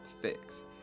fix